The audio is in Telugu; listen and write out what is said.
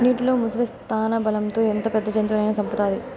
నీటిలో ముసలి స్థానబలం తో ఎంత పెద్ద జంతువునైనా సంపుతాది